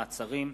מעצרים)